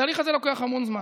התהליך הזה לוקח המון זמן.